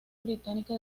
británica